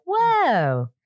whoa